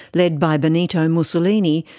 led by benito mussolini,